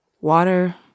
Water